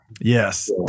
Yes